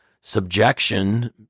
subjection